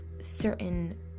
certain